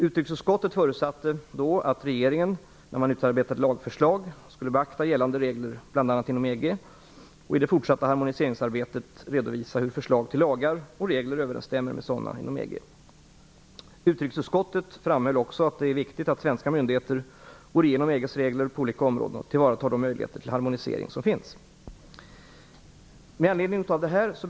Utrikesutskottet förutsatte då att regeringen vid utarbetande av lagförslag beaktar gällande regler bl.a. inom EG och i det fortsatta harmoniseringsarbetet redovisar hur förslag till lagar och regler överensstämmer med sådana inom EG. Utrikesutskottet framhöll också att det är viktigt att svenska myndigheter går igenom EG:s regler på olika områden och tillvaratar de möjligheter till harmonisering med EG som finns.